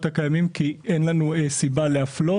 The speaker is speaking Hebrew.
הקיימים כי אין לנו סיבה להפלות,